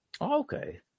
Okay